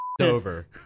Over